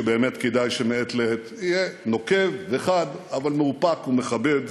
שבאמת כדאי שמעת לעת יהיה נוקב וחד אבל מאופק ומכבד,